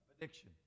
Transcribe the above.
addiction